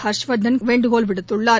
ஹர்ஷ்வர்தன் வேண்டுகோள் விடுத்துள்ளார்